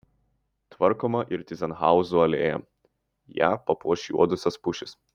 tvarkoma ir tyzenhauzų alėja ją papuoš juodosios pušys